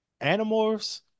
Animorphs